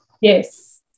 Yes